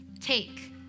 take